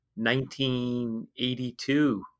1982